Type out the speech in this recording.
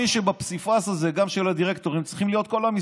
בסיס עסקי, אבל בוא נתקדם.